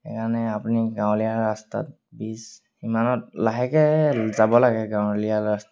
সেইকাৰণে আপুনি গাঁৱলীয়া ৰাস্তাত বিছ ইমানত লাহেকে যাব লাগে গাঁৱলীয়া ৰাস্তাত